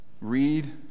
read